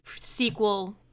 sequel